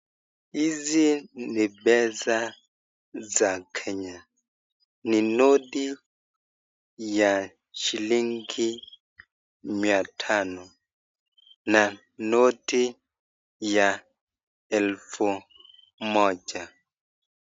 Hizi ni pesa za Kenya. Ni noti ya shilingi mia tano na noti ya elfu moja.